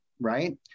right